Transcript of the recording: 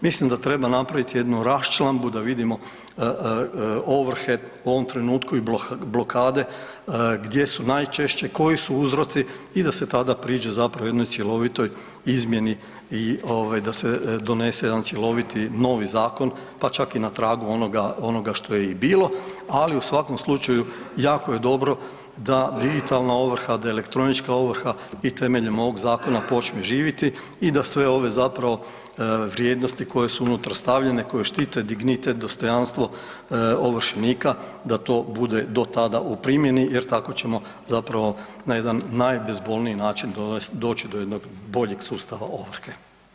Mislim da treba napraviti jednu raščlambu da vidimo ovrhe u ovom trenutku i blokade gdje su najčešće, koji su uzroci i da se tada priđe zapravo jednoj cjelovitoj izmjeni i ovaj da se donese ovaj jedan cjeloviti novi zakon pa čak i na tragu onoga, onoga šta je i bilo, ali u svakom slučaju jako je dobro da digitalna ovrha, da elektronička ovrha i temeljem ovog zakona počne živjeti i da sve ove zapravo vrijednosti koje su unutra stavljene, koje štite dignitet dostojanstvo ovršenika da to bude do tada u primjeni jer tako ćemo zapravo na jedan najbezbolniji način doći do jednog boljeg sustava ovrhe.